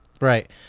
Right